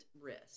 risk